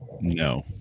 No